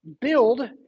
build